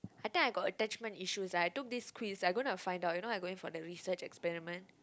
I think I got attachment issues like I took this quiz I gonna find out you know I going for the research experiment